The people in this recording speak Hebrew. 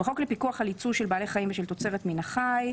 בחוק לפיקוח על ייצוא של בעלי חיים ושל תוצרת מן החי,